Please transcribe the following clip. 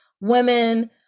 women